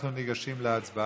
אנחנו ניגשים להצבעה.